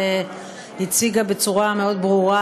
שהציגה בצורה מאוד ברורה